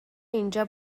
اینجا